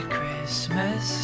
Christmas